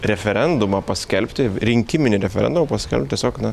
referendumą paskelbti rinkiminį referendumą paskelbt tiesiog na